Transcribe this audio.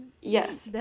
yes